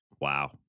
Wow